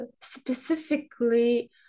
specifically